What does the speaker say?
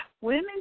Women